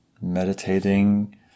meditating